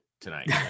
tonight